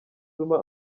zuma